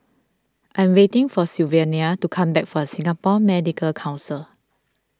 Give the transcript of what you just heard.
I am waiting for Sylvania to come back from Singapore Medical Council